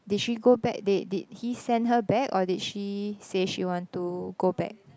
did she go back they did he send her back or did she say she want to go back